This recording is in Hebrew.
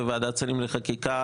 וועדות שרים לחקיקה,